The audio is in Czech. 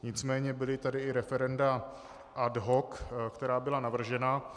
Nicméně byla tady i referenda ad hoc, která byla navržena.